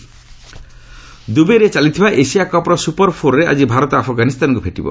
Asia cup ଦୁବାଇରେ ଚାଲିଥିବା Asia କପ୍ର ସୁପରଫୋରରେ ଆଜି ଭାରତ ଆଫଗାନିସ୍ତାନକୁ ଭେଟିବ